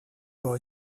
boy